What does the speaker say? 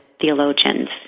theologians